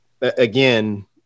again